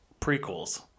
prequels